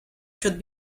should